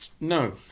no